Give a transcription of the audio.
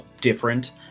different